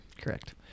Correct